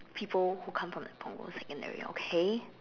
people who comes from like Punggol secondary okay